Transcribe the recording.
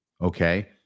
Okay